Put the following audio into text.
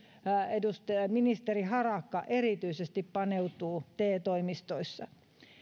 ministeri harakka erityisesti paneutuu te toimistoissa